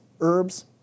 herbs